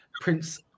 Prince